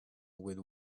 with